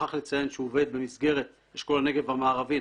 שכח לציין שהוא עובד במסגרת אשכול נגב מערבי.